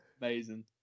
amazing